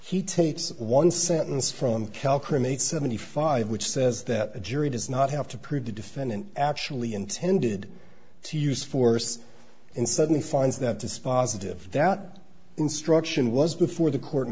is he takes one sentence from cal crewmate seventy five which says that a jury does not have to prove the defendant actually intended to use force and suddenly finds that dispositive doubt instruction was before the court